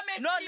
No